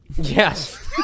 Yes